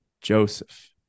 Joseph